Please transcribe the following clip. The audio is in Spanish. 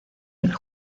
del